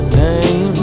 name